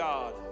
God